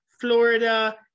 Florida